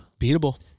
beatable